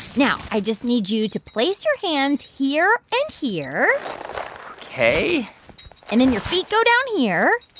now i just need you to place your hand here and here ok and then your feet go down here.